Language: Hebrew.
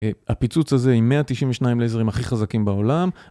הפיצוץ הזה עם 192 לייזרים הכי חזקים בעולם.